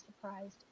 surprised